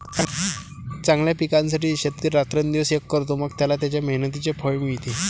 चांगल्या पिकासाठी शेतकरी रात्रंदिवस एक करतो, मग त्याला त्याच्या मेहनतीचे फळ मिळते